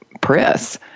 press